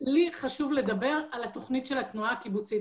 חשוב לי לדבר על התוכנית של התנועה הקיבוצית.